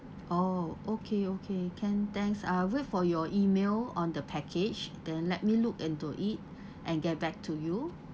oh okay okay can thanks I'll wait for your email on the package then let me look into it and get back to you